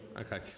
okay